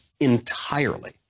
entirely